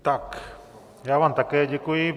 Tak já vám také děkuji.